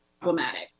problematic